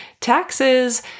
taxes